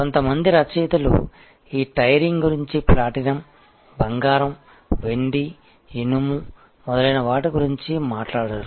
కొంతమంది రచయితలు ఈ టైరింగ్ గురించి ప్లాటినం బంగారం వెండి ఇనుము మొదలైన వాటి గురించి మాట్లాడారు